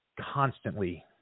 constantly